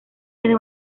desde